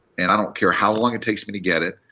and i don't care how long it takes me to get it.